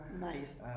Nice